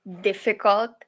difficult